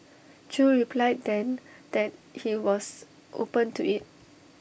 chew replied then that he was open to IT